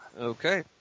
Okay